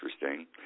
interesting